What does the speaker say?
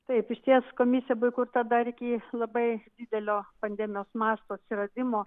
taip išties komisija buvo įkurta dar iki labai didelio pandemijos masto atsiradimo